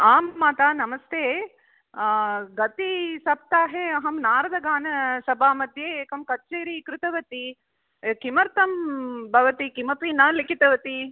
आं मातः नमस्ते गतसप्ताहे अहं नारदगानसभामध्ये एकं कचेरि कृतवती किमर्थं भवती किमपि न लिखितवती